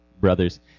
brothers